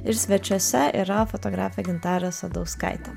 ir svečiuose yra fotografė gintarė sadauskaitė